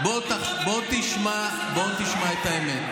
בוא אני אגיד לך את האמת.